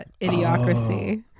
idiocracy